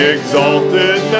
Exalted